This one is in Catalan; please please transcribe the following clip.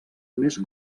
més